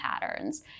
patterns